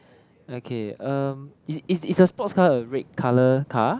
okay um is is is the sports car a red colour car